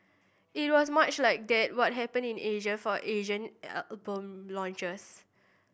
it was much like that were happened in Asia for Asian album launches